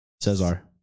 Cesar